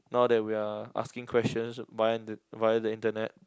now that we are asking question via the via the internet